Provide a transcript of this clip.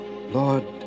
Lord